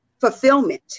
fulfillment